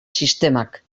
sistemak